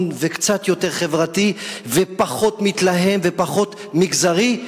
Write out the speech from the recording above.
וקצת יותר חברתי ופחות מתלהם ופחות מגזרי,